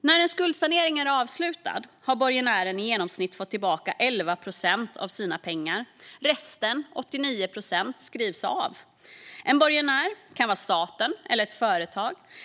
När en skuldsanering är avslutad har borgenären i genomsnitt fått tillbaka 11 procent av sina pengar. Resten, 89 procent, skrivs av. En borgenär kan vara staten eller ett företag.